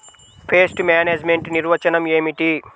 Pest management నిర్వచనం ఏమిటి?